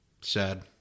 Sad